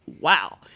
Wow